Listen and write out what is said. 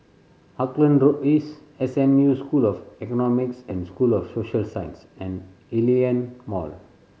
Auckland Road East S M U School of Economics and School of Social Sciences and Hillion Mall